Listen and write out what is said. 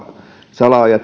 salaojien